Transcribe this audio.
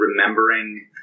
remembering